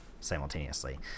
simultaneously